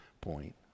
point